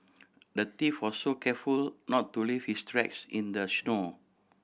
the thief was so careful not to leave his tracks in the snow